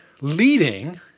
leading